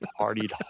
partied